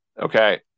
Okay